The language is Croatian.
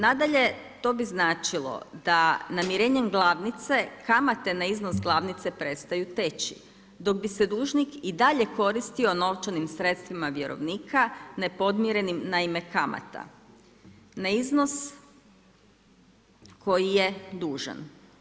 Nadalje, to bi značilo da namirenjem glavnice, kamate na iznos glavnice prestaju teći dok bi se dužnik i dalje koristio novčanim sredstvima vjerovnika nepodmirenim najma kamata na iznos koji je dužan.